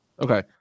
okay